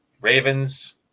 ravens